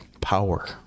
power